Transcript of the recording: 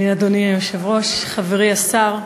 אדוני היושב-ראש, חברי השר,